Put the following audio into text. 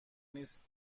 نیست